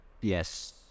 Yes